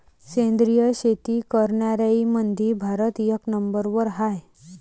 सेंद्रिय शेती करनाऱ्याईमंधी भारत एक नंबरवर हाय